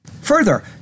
Further